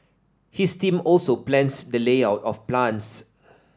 his team also plans the layout of plants